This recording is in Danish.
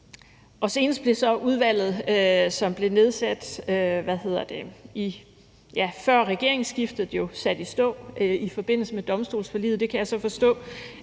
også forstå, at udvalget, som blev nedsat før regeringsskiftet, og som i forbindelse med domstolsforliget blev sat i stå,